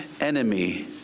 enemy